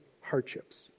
hardships